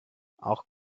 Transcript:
auch